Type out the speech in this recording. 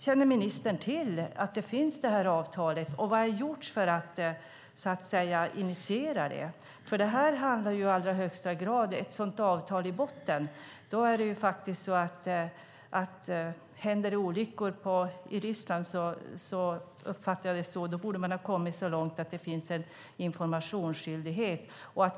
Känner ministern till att det här avtalet finns, och vad har gjorts för att så att säga initiera detta? Med ett sådant avtal i botten handlar det i allra högsta grad om, som jag uppfattar det, att om det händer olyckor i Ryssland borde man ha kommit så långt att det finns en informationsskyldighet.